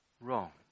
wrong